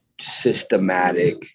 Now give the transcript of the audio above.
systematic